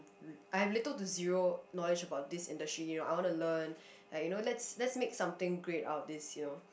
I have little to zero knowledge about this industry you know I wanna learn like you know let's let's make something great out of this you know